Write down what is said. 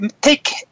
take